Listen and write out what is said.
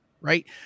right